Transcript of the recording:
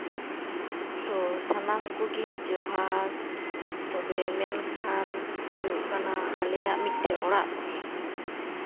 ᱛᱳ ᱥᱟᱱᱟᱢ ᱠᱚᱜᱮ ᱡᱚᱦᱟᱨ ᱛᱚᱵᱮ ᱢᱮᱱᱠᱷᱟᱱ ᱦᱩᱭᱩᱜ ᱠᱟᱱᱟ ᱟᱞᱮᱭᱟᱜ ᱢᱤᱫᱴᱮᱱ ᱚᱲᱟᱜ ᱛᱟᱦᱮᱸ ᱠᱟᱱᱟ